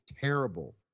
terrible